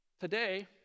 Today